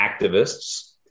activists